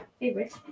favorite